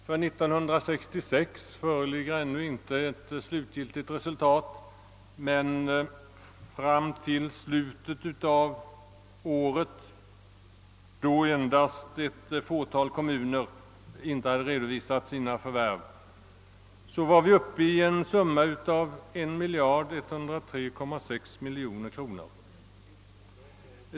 För 1966 föreligger ännu inte slutgiltigt resultat men fram till slutet av året, då endast ett fåtal kommuner inte redovisat sina förvärv, var summan 1 103,6 miljoner kronor.